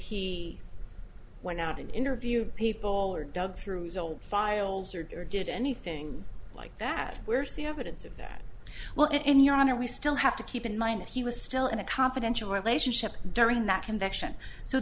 he went out and interview people or dug through his old files or did anything like that where's the evidence of that well in your honor we still have to keep in mind that he was still in a confidential replace ship during that conviction so